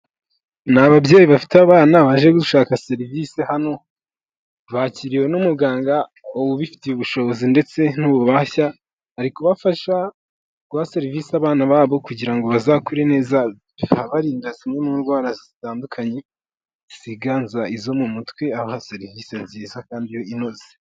Ni ababyeyi bafite abana baje gushaka serivisi hano, bakiriwe n'umuganga ubifitiye ubushobozi ndetse n'ububasha, ari kubafasha guha serivisi abana babo kugira ngo bazakure neza akaba abarinda zimwe mu ndwara zitandukanye ziganza izo mu mutwe abaha serivisi nziza kandi inoze.